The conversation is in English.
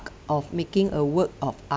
of making a work of art